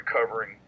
recovering